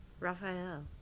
Raphael